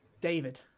david